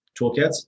toolkits